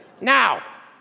Now